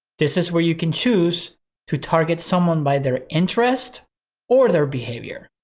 this is where you can choose to target someone by their interest or their behavior.